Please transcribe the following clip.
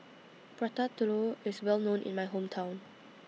Prata Telur IS Well known in My Hometown